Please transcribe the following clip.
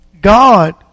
God